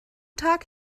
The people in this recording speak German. tag